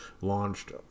launched